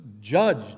judged